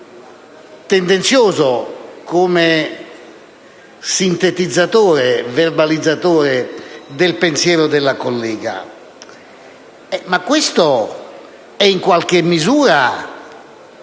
tendenzioso come sintetizzatore o verbalizzatore del pensiero della collega. Ma questo è in qualche misura